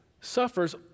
suffers